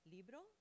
Libro